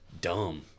dumb